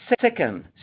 Second